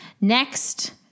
Next